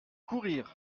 courrir